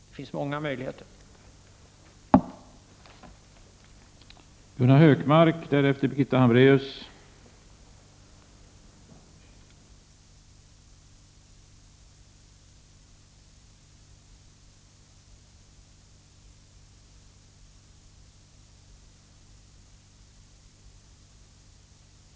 Detta är en möjlighet — det finns många andra.